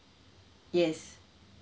yes